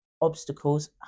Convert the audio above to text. obstacles